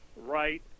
right